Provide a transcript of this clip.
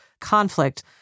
conflict